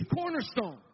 cornerstone